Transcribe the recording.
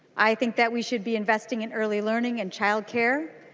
i think that we should be investing in early learning and child care.